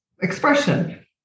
expression